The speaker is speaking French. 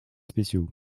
spéciaux